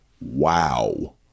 Wow